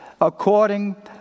according